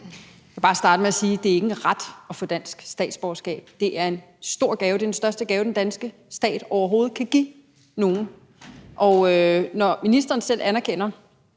Jeg vil bare starte med at sige, at det ikke er en ret at få dansk statsborgerskab; det er en stor gave – det er den største gave, den danske stat overhovedet kan give nogen. Og når ministeren selv anerkender,